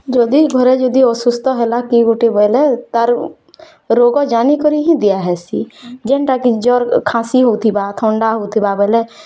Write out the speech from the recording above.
ଯଦି ଘରେ ଯଦି ଅସୁସ୍ଥ ହେଲା କିଏ ଗୋଟେ ବୋଲେ ତାରୁ ରୋଗ ଜାନିକରି ହି ଦିଆହେସି ଯେନ୍ତାକି ଜର୍ ଖାସି ହେଉଥିବା ଥଣ୍ଡା ହୋଉଥିବା ବୋଇଲେ